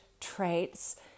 traits